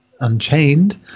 Unchained